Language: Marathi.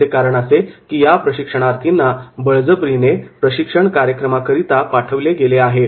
याचे कारण असे की या प्रशिक्षणार्थींना बळजबरीने प्रशिक्षण कार्यक्रमाकरिता पाठवले गेले आहे